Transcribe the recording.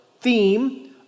theme